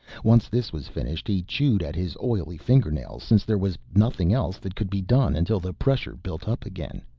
once this was finished he chewed at his oily fingernails since there was nothing else that could be done until the pressure built up again.